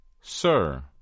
sir